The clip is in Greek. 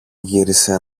γύρισε